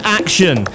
action